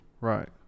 Right